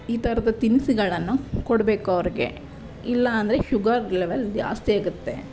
ಈ ಥರದ ತಿನಿಸುಗಳನ್ನು ಕೊಡಬೇಕು ಅವ್ರಿಗೆ ಇಲ್ಲ ಅಂದ್ರೆ ಶುಗರ್ ಲೆವೆಲ್ ಜಾಸ್ತಿಯಾಗುತ್ತೆ